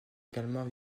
également